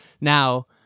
now